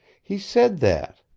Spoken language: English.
he said that!